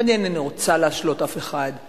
ואני אינני רוצה להשלות אף אחד,